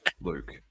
Luke